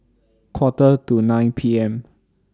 Quarter to nine P M